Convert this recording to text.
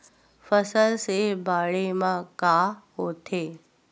फसल से बाढ़े म का होथे?